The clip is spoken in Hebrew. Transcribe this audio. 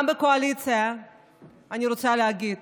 גם לאנשי הקואליציה אני רוצה להגיד